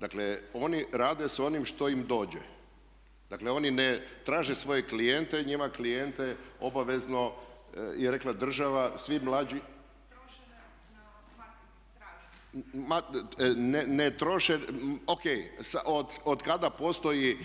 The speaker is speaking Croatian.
Dakle oni rade s onim što im dođe, dakle oni ne traže svoje klijente, njima klijente obavezno jer rekla država svi mlađi … [[Upadica se ne čuje.]] ne troše, ok, od kada postoji